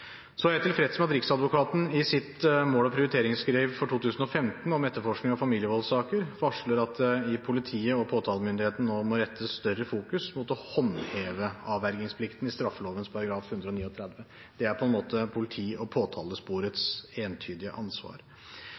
Så er jeg tilfreds med at Riksadvokaten i sitt mål- og prioriteringsskriv for 2015 om etterforskning av familievoldssaker varsler at det i politiet og hos påtalemyndigheten nå i større grad må fokuseres på å håndheve avvergingsplikten i straffeloven § 139. Det er politiets og påtalesporets entydige ansvar.